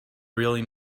really